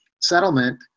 settlement